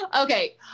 Okay